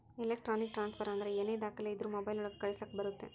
electronic transfer ಅಂದ್ರ ಏನೇ ದಾಖಲೆ ಇದ್ರೂ ಮೊಬೈಲ್ ಒಳಗ ಕಳಿಸಕ್ ಬರುತ್ತೆ